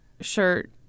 shirt